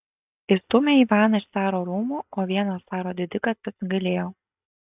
išstūmė ivaną iš caro rūmų o vienas caro didikas pasigailėjo